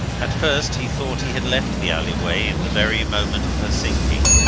at first he thought he had left the alleyway in the very moment of her sinking.